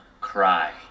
cry